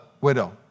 widow